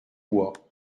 bois